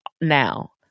now